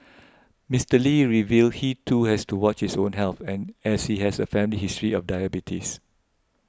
Mister Lee revealed he too has to watch his own health and as he has a family history of diabetes